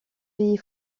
pays